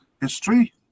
history